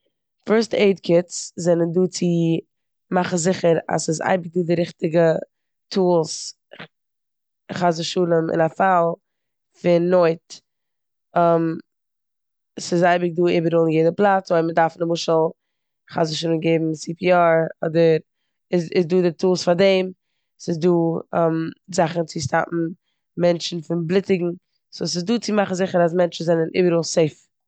פירסט עיד קיטס זענען דא צו מאכן זיכער אז ס'איז אייביג דא די ריכטיגע טולס חס ושלום אין א פאל פון נויט. ס'איז אייביג דא איבעראל אין יעדע פלאץ, אויב מ'דארף נמשל חס ושלום געבן סי פי אר אדער- איז- איז דא די טולס פאר דעם. ס'דא זאכן צו מאכן מענטשן זאלן סטאפן צו בלוטיגן. סאו ס'איז דא צו מאכן זיכער אז מענטשן זענען איבעראל סעיף.